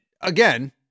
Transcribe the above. again